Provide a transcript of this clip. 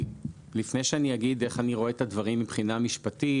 לפני שאגיד איך אני רואה את הדברים מבחינה משפטית,